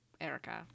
Erica